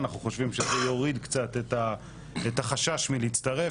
אנחנו חושבים שזה יוריד קצת את החשש מלהצטרף.